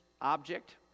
object